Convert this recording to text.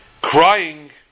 Crying